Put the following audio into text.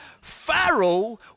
Pharaoh